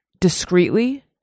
discreetly